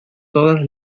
todas